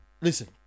listen